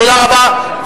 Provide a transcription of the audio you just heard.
תודה רבה.